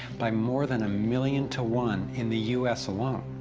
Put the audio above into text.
by more than a million to one, in the u s. alone.